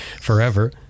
forever